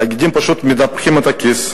התאגידים פשוט מנפחים את הכיס,